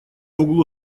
углу